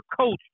coach